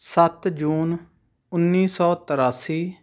ਸੱਤ ਜੂਨ ਉੱਨੀ ਸੌ ਤ੍ਰਿਆਸੀ